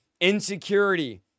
insecurity